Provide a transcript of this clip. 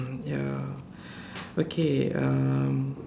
ya okay um